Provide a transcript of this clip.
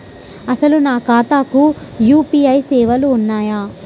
అసలు నా ఖాతాకు యూ.పీ.ఐ సేవలు ఉన్నాయా?